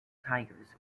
tigers